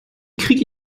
kriege